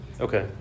Okay